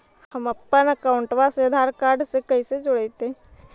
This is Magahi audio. हमपन अकाउँटवा से आधार कार्ड से कइसे जोडैतै?